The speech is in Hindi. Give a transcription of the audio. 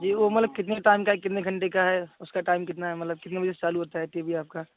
जी वह मतलब कितने टाइम का है कितने घंटे का है उसका टाइम कितना है मतलब कितने बजे से चालू होता है टी वी आपका